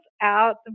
out